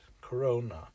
corona